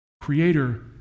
creator